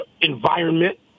Environment